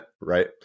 Right